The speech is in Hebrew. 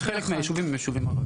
שחלק מהישובים הם ישובים ערבים.